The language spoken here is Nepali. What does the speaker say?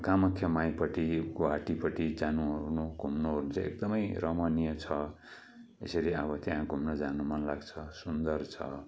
कामख्या माईपट्टि गुहाटीपट्टि जानु ओर्नु घुम्नु ओर्नु चाहिँ एकदमै रमणीय छ यसरी अब त्यहाँ घुम्न जानु मन लाग्छ सुन्दर छ